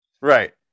Right